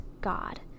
God